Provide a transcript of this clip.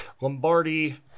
Lombardi